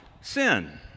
sin